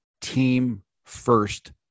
team-first